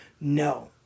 No